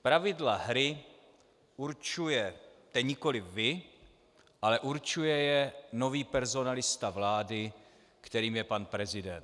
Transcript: Pravidla hry určujete nikoliv vy, ale určuje je nový personalista vlády, kterým je pan prezident.